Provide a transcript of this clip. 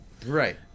Right